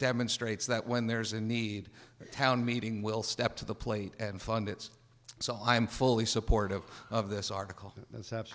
demonstrates that when there's a need town meeting will step to the plate and fund its so i am fully supportive of this article